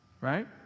right